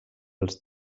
els